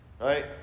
Right